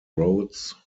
roads